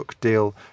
deal